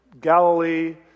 Galilee